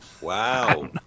Wow